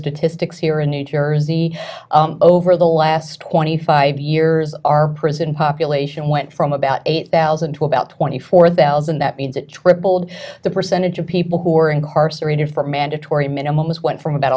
statistics here in new jersey over the last twenty five years our prison population went from about eight thousand to about twenty four thousand that means it tripled the percentage of people who are incarcerated for mandatory minimums went from about